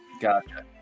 gotcha